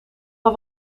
wel